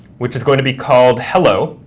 which is going to be called hello,